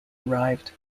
arrived